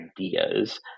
ideas